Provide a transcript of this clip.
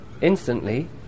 Instantly